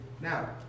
now